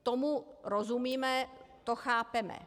Tomu rozumíme, to chápeme.